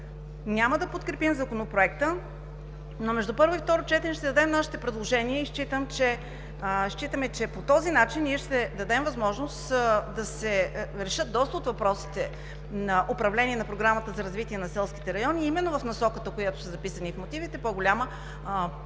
Няма да подкрепим Законопроекта, но между първо и второ четене ще дадем нашите предложения – считаме, че по този начин ние ще дадем възможност да се решат доста от въпросите на управление на Програмата за развитие на селските райони именно в насоката, в която са записани мотивите – по-голяма публичност